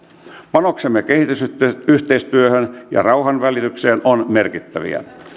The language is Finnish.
panoksemme kehitysyhteistyöhön ja rauhanvälitykseen ovat merkittäviä